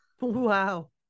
wow